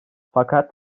fakat